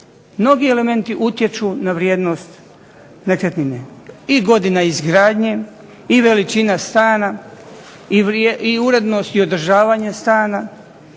Mnogi elementi utječu na vrijednost nekretnine i godina izgradnje, i veličina stana, i urednost i održavanje stana,